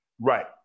Right